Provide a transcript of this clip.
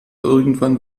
irgendwann